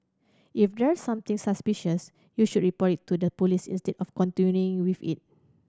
if there's something suspicious you should report it to the police instead of continuing with it